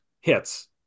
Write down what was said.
hits